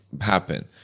happen